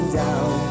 down